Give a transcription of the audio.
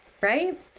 right